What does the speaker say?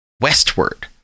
westward